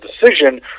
decision